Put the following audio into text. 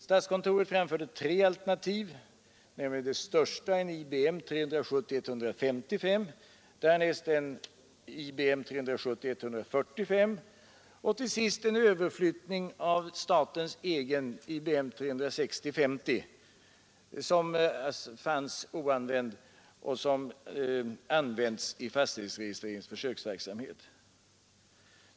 Statskontoret framförde tre alternativ, det största en IBM 370 145 och till sist en överflyttning av statens egen IBM 360/50 som stod outnyttjad och som använts i fastighetsregistreringens försöksverksamhet.